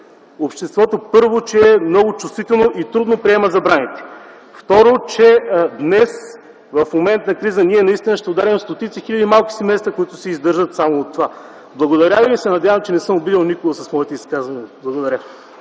обществото е силно чувствително и трудно приема забраните. Второ, днес в момент на криза ние ще ударим стотици хиляди малки семейства, които се издържат само от това. Благодаря Ви и се надявам, че не съм обидил никого с моето изказване.